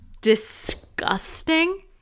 disgusting